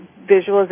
visualization